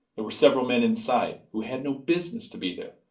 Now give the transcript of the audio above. there were several men inside who had no business to be there.